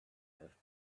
have